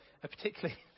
particularly